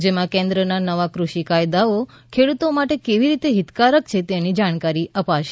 જેમાં કેન્દ્રના નવા કૃષિ કાયદાઓ ખેડૂતો માટે કેવી રીતે હિતકારક છે તેની જાણકારી અપાશે